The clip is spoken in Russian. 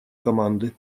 команды